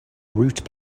route